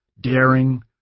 daring